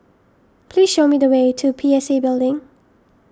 please show me the way to P S A Building